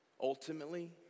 Ultimately